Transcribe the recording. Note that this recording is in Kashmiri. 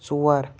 ژور